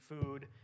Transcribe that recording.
food